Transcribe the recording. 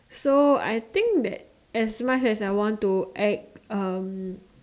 so I think that as much as I want to act um